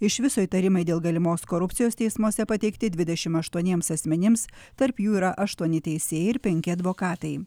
iš viso įtarimai dėl galimos korupcijos teismuose pateikti dvidešimt aštuoniems asmenims tarp jų yra aštuoni teisėjai ir penki advokatai